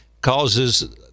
causes